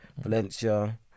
Valencia